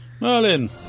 Merlin